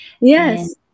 Yes